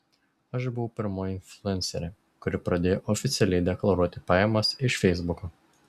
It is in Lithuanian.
aš buvau pirmoji influencerė kuri pradėjo oficialiai deklaruoti pajamas iš feisbuko